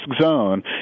zone